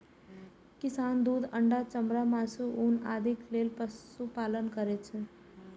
किसान दूध, अंडा, चमड़ा, मासु, ऊन आदिक लेल पशुपालन करै छै